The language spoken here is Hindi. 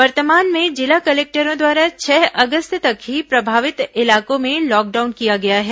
वर्तमान में जिला कलेक्टरों द्वारा छह अगस्त तक ही प्रभावित इलाकों में लॉकडाउन किया गया है